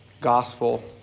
gospel